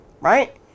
right